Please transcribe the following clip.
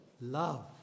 love